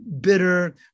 bitter